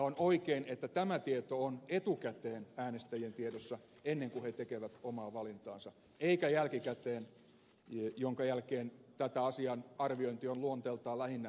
on oikein että tämä tieto on etukäteen äänestäjien tiedossa ennen kuin he tekevät omaa valintaansa eikä jälkikäteen jolloin tämän asian arviointi on luonteeltaan lähinnä teoreettinen